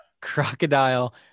crocodile